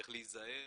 איך להיזהר,